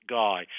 guy